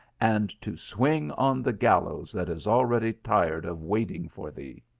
and to swing on the gallcws that is already tired of waiting for thee.